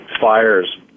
fires